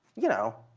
you know,